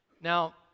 Now